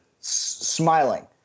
smiling